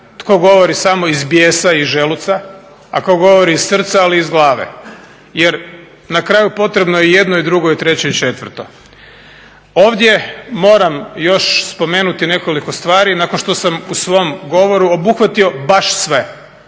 tko govori samo iz bijesa i iz želuca, a tko govori iz srca ali i iz glave. Jer na kraju potrebno je i jedno i drugo i treće i četvrto. Ovdje moram još spomenuti nekoliko stvari, nakon što sam u svom govoru obuhvatio baš sve